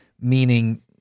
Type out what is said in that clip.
meaning